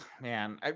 Man